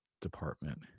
department